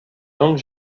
langues